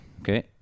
Okay